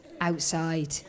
outside